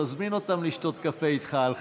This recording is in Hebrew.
תזמין אותם לשתות איתך קפה על חשבוני.